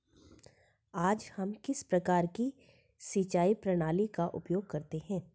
आज हम किस प्रकार की सिंचाई प्रणाली का उपयोग करते हैं?